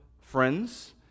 friends